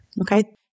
okay